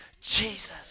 Jesus